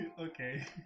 Okay